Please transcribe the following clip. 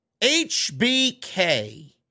HBK